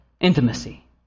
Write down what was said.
intimacy